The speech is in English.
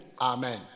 Amen